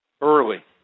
early